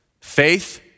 faith